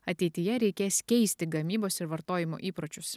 ateityje reikės keisti gamybos ir vartojimo įpročius